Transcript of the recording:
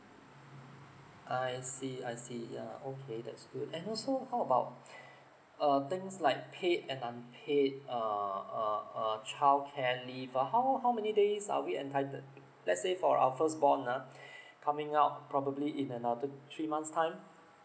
I see I see yeah okay that's good and also how about uh things like paid and unpaid uh uh uh childcare leave ah how how many days are we entitled let's say for our firstborn ah coming out probably in another three months time